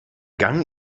gang